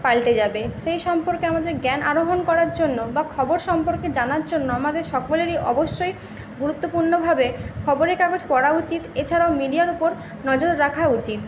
পাল্টে যাবে সেই সম্পর্কে আমাদের জ্ঞান আরোহণ করার জন্য বা খবর সম্পর্কে জানার জন্য আমাদের সকলেরই অবশ্যই গুরুত্বপূর্ণভাবে খবরের কাগজ পড়া উচিত এছাড়াও মিডিয়ার উপর নজর রাখা উচিত